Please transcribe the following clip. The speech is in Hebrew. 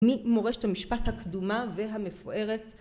ממורשת המשפט הקדומה והמפוארת